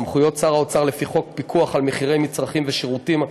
3. סמכויות שר האוצר לפי חוק הפיקוח על מחירי מצרכים ושירותים,